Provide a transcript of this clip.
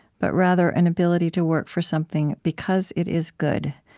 but rather an ability to work for something because it is good,